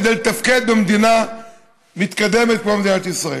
כדי לתפקד במדינה מתקדמת כמו מדינת ישראל?